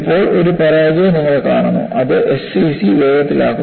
ഇപ്പോൾ ഒരു പരാജയം നിങ്ങൾ കാണുന്നു അത് SCC വേഗത്തിലാക്കുന്നു